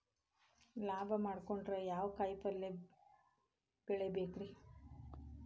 ಲಾಭ ಮಾಡಕೊಂಡ್ರ ಯಾವ ಕಾಯಿಪಲ್ಯ ಬೆಳಿಬೇಕ್ರೇ?